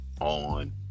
on